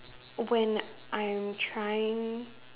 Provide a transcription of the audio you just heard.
when I'm trying